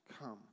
Come